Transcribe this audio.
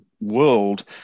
world